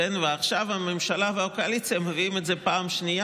ועכשיו הממשלה והקואליציה מביאים את זה בפעם השנייה,